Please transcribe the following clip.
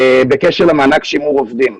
בקשר למענק שימור עובדים.